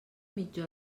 mitja